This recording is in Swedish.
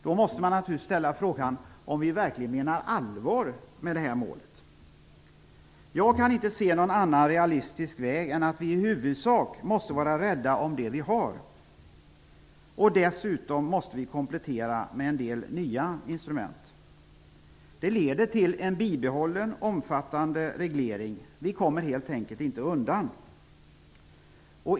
Då måste man naturligtvis ställa frågan om vi verkligen menar allvar med det här målet. Jag kan inte se någon annan realistisk väg än att vi i huvudsak måste vara rädda om det vi har, och dessutom måste vi komplettera med en del nya instrument. Det leder till en bibehållen omfattande reglering. Vi kommer helt enkelt inte undan.